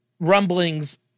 Rumblings